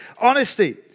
honesty